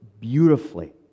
beautifully